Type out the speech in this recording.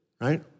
right